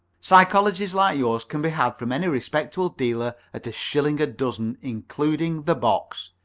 psychologies like yours can be had from any respectable dealer at a shilling a dozen, including the box.